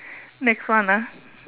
next one ah